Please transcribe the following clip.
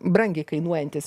brangiai kainuojantis